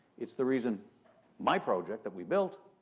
it's the reason my project that we built,